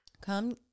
Come